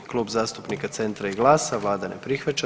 Klub zastupnika Centra i GLAS-a, vlada ne prihvaća.